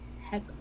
heck